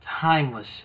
timeless